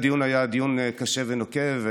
הדיון היה דיון קשה ונוקב,